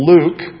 Luke